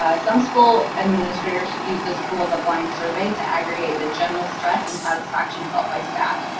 ah some school administrators use this tool as a blind survey to aggregate the general stress and satisfaction felt by staff.